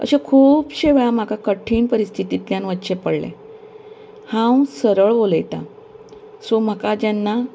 अशें खुबशें वेळार म्हाका कठीण परिस्थितींतल्यान वचचें पडलें हांव सरळ उलयता सो म्हाका जेन्ना